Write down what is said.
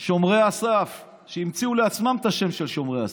שומרי הסף, שהמציאו לעצמם את השם "שומרי הסף".